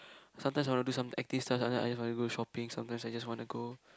sometimes I want to do some active stuff sometimes I want to do shopping sometimes I just want to go